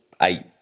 eight